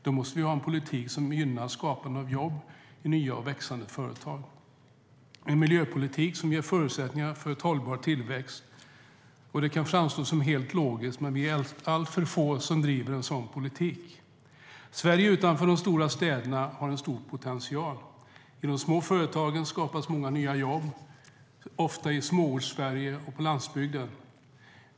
Då måste vi ha en politik som gynnar skapande av jobb i nya och växande företag och en miljöpolitik som ger förutsättningar för en hållbar tillväxt. Det kan framstå som helt logiskt, men vi är alltför få som driver en sådan politik. Sverige utanför de stora städerna har en stor potential. I de små företagen skapas många nya jobb, ofta i Småortssverige och på landsbygden.